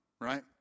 right